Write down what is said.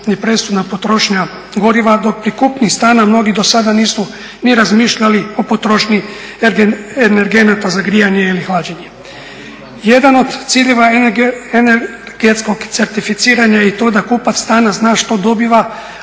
je presudna potrošnja goriva dok pri kupnji stana mnogi do sada nisu i razmišljali o potrošnji energenata za grijanje ili hlađenje. Jedan od ciljeva energetskog certificiranja je i to da kupac stana zna što dobiva,